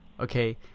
Okay